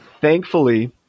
Thankfully